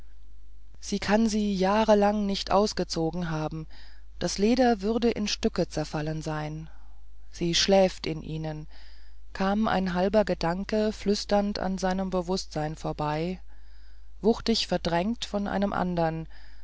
sie kann sie jahrelang nicht ausgezogen haben das leder würde in stücke zerfallen sein sie schläft in ihnen kam ein halber gedanke flüsternd an seinem bewußtsein vorbei wuchtig verdrängt von einem andern